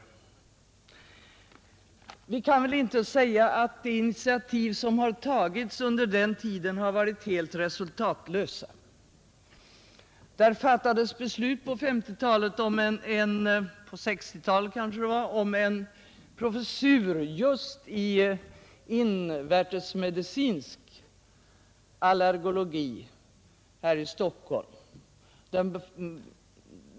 Vi kan väl inte säga att de initiativ som har tagits under den tiden har varit helt resultatlösa. Det fattades beslut på 1960-talet om en professur just i invärtesmedicinsk allergologi här i Stockholm.